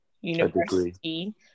university